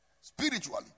spiritually